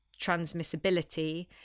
transmissibility